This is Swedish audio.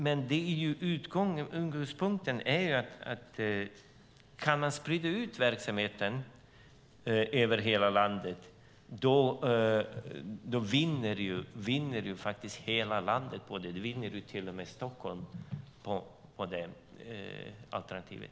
Men utgångspunkten är att om man kan sprida ut verksamheten över hela landet vinner hela landet på det. Till och med Stockholm vinner på det alternativet.